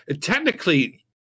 technically